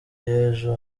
y’ejo